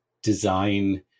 Design